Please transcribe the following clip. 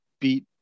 beat